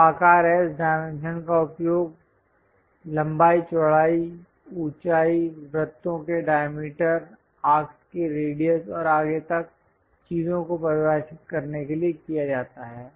तो आकार S dimensions का उपयोग लंबाई चौड़ाई ऊंचाई वृत्तों के डायमीटर आर्क्स के रेडियस और आगे तक चीजों को परिभाषित करने के लिए किया जाता है